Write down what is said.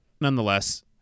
nonetheless